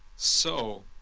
so,